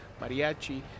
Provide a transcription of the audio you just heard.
mariachi